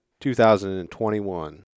2021